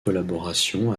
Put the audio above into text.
collaborations